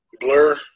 blur